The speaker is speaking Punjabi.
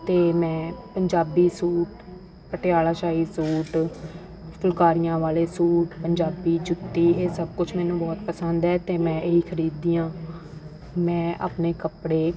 ਅਤੇ ਮੈਂ ਪੰਜਾਬੀ ਸੂਟ ਪਟਿਆਲਾ ਸ਼ਾਹੀ ਸੂਟ ਫੁਲਕਾਰੀਆਂ ਵਾਲੇ ਸੂਟ ਪੰਜਾਬੀ ਜੁੱਤੀ ਇਹ ਸਭ ਕੁਝ ਮੈਨੂੰ ਬਹੁਤ ਪਸੰਦ ਹੈ ਅਤੇ ਮੈਂ ਇਹ ਖਰੀਦਦੀ ਹਾਂ ਮੈਂ ਆਪਣੇ ਕੱਪੜੇ